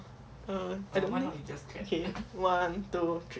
um I don't okay one two three